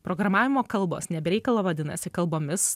programavimo kalbos ne be reikalo vadinasi kalbomis